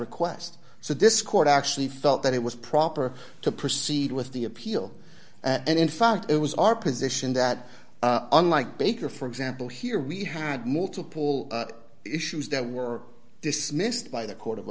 request so this court actually felt that it was proper to proceed with the appeal and in fact it was our position that unlike baker for example here we had multiple issues that were dismissed by the co